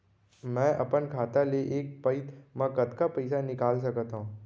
मैं अपन खाता ले एक पइत मा कतका पइसा निकाल सकत हव?